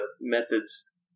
methods